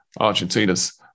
Argentina's